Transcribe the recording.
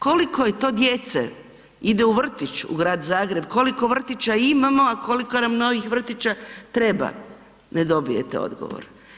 Koliko je to djece ide u vrtić u Grad Zagreb, koliko vrtića imamo, a koliko nam novih vrtića treba, ne dobijete odgovor.